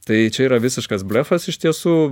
tai čia yra visiškas blefas iš tiesų